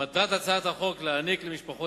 מטרת הצעת החוק היא להעניק למשפחות